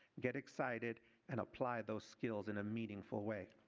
get excited and apply those skills in a meaningful way.